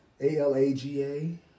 A-L-A-G-A